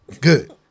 good